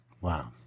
Wow